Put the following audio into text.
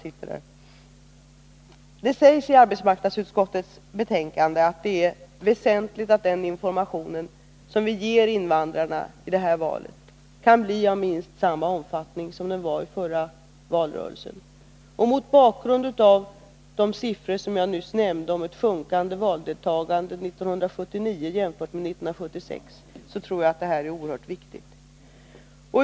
I arbetsmarknadsutskottets betänkande sägs att det är väsentligt att den information som vi ger invandrarna inför det här valet kan bli av minst samma omfattning som den var under den förra valrörelsen. Mot bakgrund av de siffror som jag nyss nämnde, som visade ett sjunkande valdeltagande 1979 jämfört med 1976, tror jag att detta är oerhört viktigt.